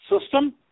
system